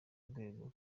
rwego